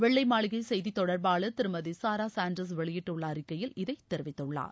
வெள்ளை மாளிகை செய்தி தொடர்பாளர் திருமதி சுரா சாண்டர்ஸ் வெளியிட்டுள்ள அறிக்கையில் இதைத் தெரிவித்குள்ளார்